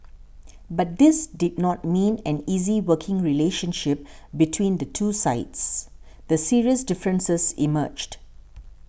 but this did not mean an easy working relationship between the two sides the serious differences emerged